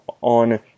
on